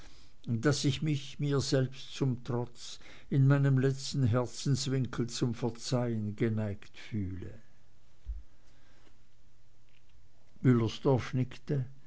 daß ich mich mir selbst zum trotz in meinem letzten herzenswinkel zum verzeihen geneigt fühle